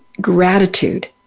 gratitude